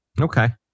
Okay